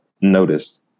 notice